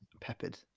peppered